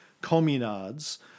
communards